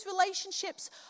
relationships